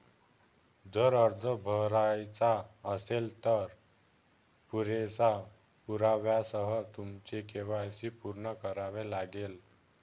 जर अर्ज भरायचा असेल, तर पुरेशा पुराव्यासह तुमचे के.वाय.सी पूर्ण करावे लागेल